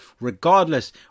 regardless